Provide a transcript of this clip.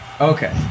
Okay